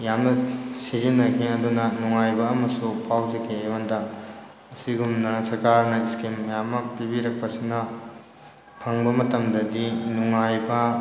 ꯌꯥꯝꯅ ꯁꯤꯖꯤꯟꯅꯈꯤ ꯑꯗꯨꯅ ꯅꯨꯡꯉꯥꯏꯕ ꯑꯃꯁꯨ ꯐꯥꯎꯖꯈꯤ ꯑꯩꯉꯣꯟꯗ ꯑꯁꯤꯒꯨꯝꯅ ꯁꯔꯀꯥꯔꯅ ꯁ꯭ꯀꯤꯝ ꯃꯌꯥꯝ ꯑꯃ ꯄꯤꯕꯤꯔꯛꯄꯁꯤꯅ ꯐꯪꯕ ꯃꯇꯝꯗꯗꯤ ꯅꯨꯡꯉꯥꯏꯕ